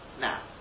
Now